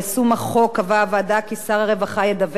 קבעה הוועדה כי שר הרווחה ידווח בכתב,